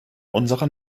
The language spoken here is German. unserer